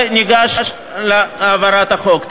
וניגש להעברת החוק.